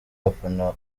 abafana